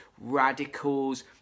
radicals